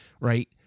right